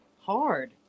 hard